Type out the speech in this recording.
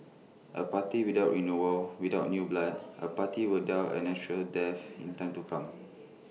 A party without renewal without new blood A party will die A natural death in time to come